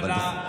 ודאי.